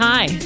Hi